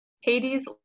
Hades